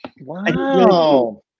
Wow